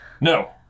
No